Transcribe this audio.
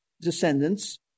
descendants